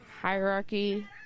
hierarchy